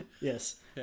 Yes